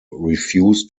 refused